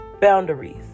boundaries